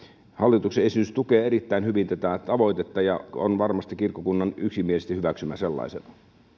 hallituksen esitys tukee erittäin hyvin tätä tavoitetta ja on varmasti kirkkokunnan yksimielisesti hyväksymä sellaisenaan